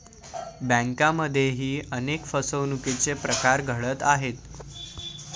बँकांमध्येही अनेक फसवणुकीचे प्रकार घडत आहेत